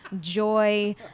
joy